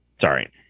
Sorry